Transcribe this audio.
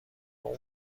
اون